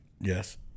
Yes